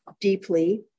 deeply